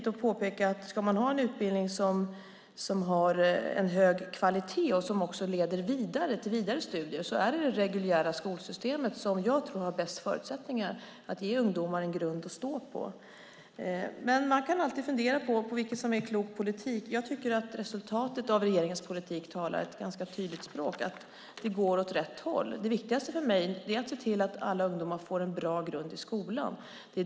Om man ska ha en utbildning som har en hög kvalitet och som också leder till vidare studier tror jag att det är det reguljära skolsystemet som har bäst förutsättningar att ge ungdomar en grund att stå på. Men man kan alltid fundera på vad som är klok politik. Jag tycker att resultatet av regeringens politik talar ett ganska tydligt språk, att det går åt rätt håll. Det viktigaste för mig är att se till att ungdomar får en bra grund i skolan.